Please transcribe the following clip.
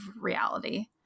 reality